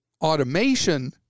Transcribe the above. automation